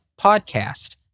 podcast